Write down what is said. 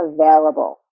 available